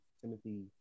Timothy